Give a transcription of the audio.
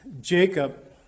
Jacob